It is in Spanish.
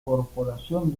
corporación